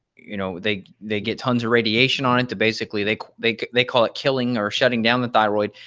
you know, they they get tons of radiation on it to basically they they they call it killing or shutting down the thyroid,